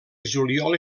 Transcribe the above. juliol